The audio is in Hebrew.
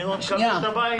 כבוד היושב-ראש,